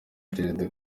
perezida